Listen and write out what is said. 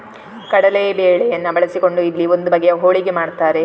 ಕಡಲೇ ಬೇಳೆಯನ್ನ ಬಳಸಿಕೊಂಡು ಇಲ್ಲಿ ಒಂದು ಬಗೆಯ ಹೋಳಿಗೆ ಮಾಡ್ತಾರೆ